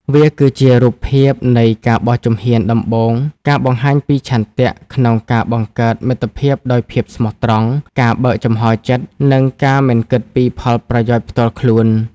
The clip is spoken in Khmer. វាគឺជារូបភាពនៃការបោះជំហានដំបូង ការបង្ហាញពីឆន្ទៈក្នុងការបង្កើតមិត្តភាពដោយភាពស្មោះត្រង់ ការបើកចំហរចិត្ត និងការមិនគិតពីផលប្រយោជន៍ផ្ទាល់ខ្លួន។